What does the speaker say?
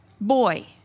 boy